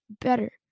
better